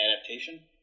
adaptation